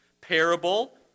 parable